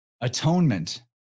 atonement